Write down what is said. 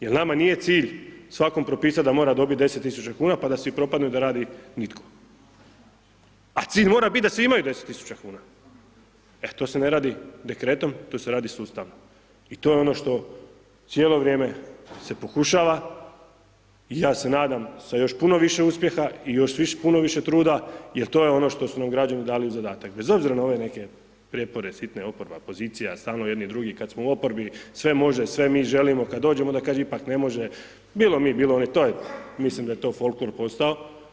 Jer nama nije cilj svakom propisat da mora dobiti 10.000 kuna pa da svi propadnu i da radi nitko, a cilj mora bit da svi imaju 10.000 kuna, e to se ne radi dekretom to se radi sustavno i to je ono što cijelo vrijeme se pokušava i ja se nadam sa još puno više uspjeha i još puno više truda jer to je ono što su nam građani dali u zadatak, bez obzira na ove neke prijepore sitne, oporba, pozicija, stalno jedni drugi, kad smo u oporbi sve može, sve mi želimo, kad dođemo onda kaže ipak ne može, bilo mi bilo oni, to je mislim da je to folklor postao.